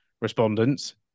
respondents